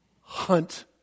hunt